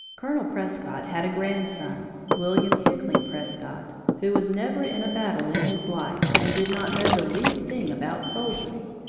colonel prescott had a grandson, william hickling prescott, who was never in a battle in his life and did not know the least thing about soldiering,